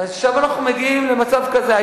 עכשיו אנחנו מגיעים למצב כזה.